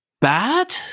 bad